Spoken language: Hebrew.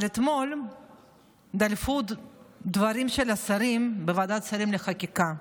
אבל אתמול דלפו דברים של השרים בוועדת שרים לחקיקה,